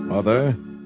Mother